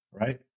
right